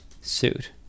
Suit